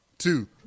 Two